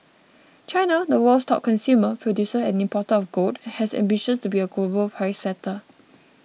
China the world's top consumer producer and importer of gold has ambitions to be a global price setter